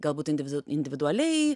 galbūt individu individualiai